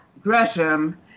Gresham